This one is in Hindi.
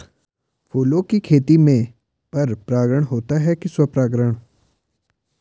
फूलों की खेती में पर परागण होता है कि स्वपरागण?